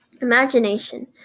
Imagination